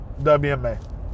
WMA